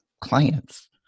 clients